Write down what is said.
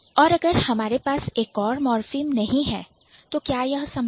और अगर हमारे पास एक और मॉर्फीम नहीं है तो क्या यह संभव है